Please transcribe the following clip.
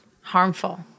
harmful